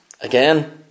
Again